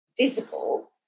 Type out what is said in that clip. Visible